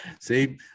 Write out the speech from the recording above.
See